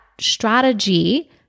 strategy